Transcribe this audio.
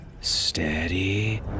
Steady